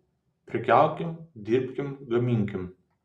prekiaukim dirbkim gaminkim